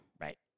Right